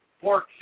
pork